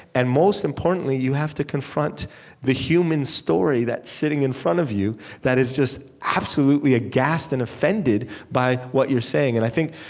and most importantly, you have to confront the human story that's sitting in front of you that is just absolutely aghast and offended by what you're saying and i think,